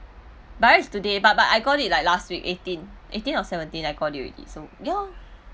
by right is today but but I got it like last week eighteen eighteen or seventeen I got it already so ya